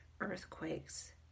earthquakes